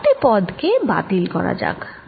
কয়েকটি পদ কে বাতিল করা যাক